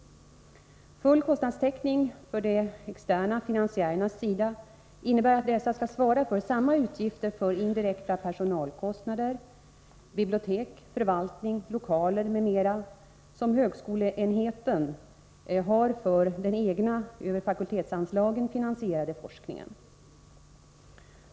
Full kostnadstäckning från de externa finansiärernas sida innebär att dessa skall svara för samma utgifter för indirekta personalkostnader, bibliotek, förvaltning, lokaler m.m. som högskoleenheten har för den egna, över fakultetsanslagen finansierade forskningen.